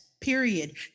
period